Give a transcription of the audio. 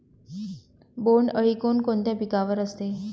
बोंडअळी कोणकोणत्या पिकावर असते?